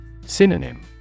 Synonym